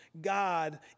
God